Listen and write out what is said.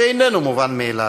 שאיננו מובן מאליו.